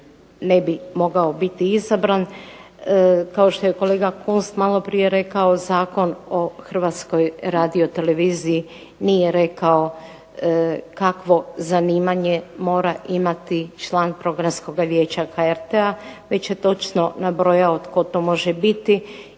ne bi mogao biti izabran. Kao što je kolega Kunst maloprije rekao Zakon o Hrvatskoj radioteleviziji nije rekao kakvo zanimanje mora imati član Programskoga vijeća HRT-a, već je točno nabrojao tko to može biti,